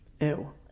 Ew